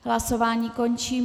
Hlasování končím.